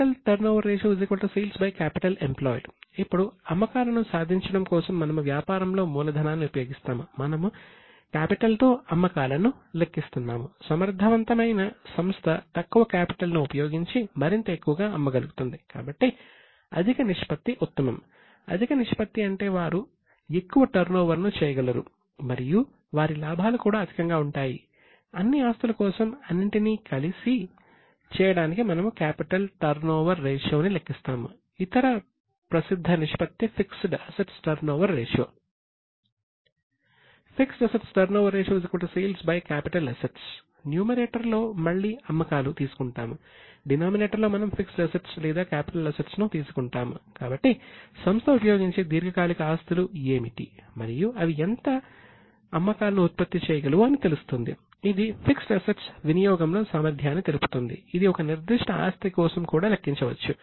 sales capital turnover ratio capital employed ఇప్పుడు అమ్మకాలను సాధించడం కోసం మనము వ్యాపారంలో మూలధనాన్ని sales fixed assets turnover ratio capital assets numerator కోసం లేదా కర్మాగారం కోసం లెక్కించవచ్చు ఇది ఒకే ఆస్తి కోసం కూడా లెక్కించవచ్చు